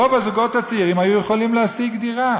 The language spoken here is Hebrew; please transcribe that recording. רוב הזוגות הצעירים היו יכולים להשיג דירה.